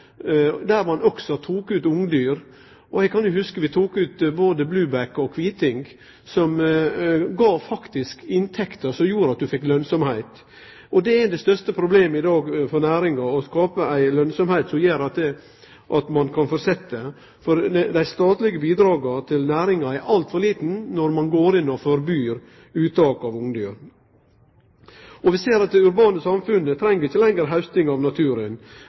der ein også tok ut ungdyr – eg kan hugse at vi tok ut både blueback og kviting – gav faktisk inntekter som gjorde at ein fekk lønsemd. Det er det største problemet i dag for næringa: å skape ei lønnsemd som gjer at ein kan fortsetje, for dei statlege bidraga til næringa er altfor små når ein går inn og forbyr uttak av ungdyr. Vi ser at det urbane samfunnet ikkje lenger treng hausting av naturen.